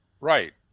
Right